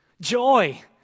Joy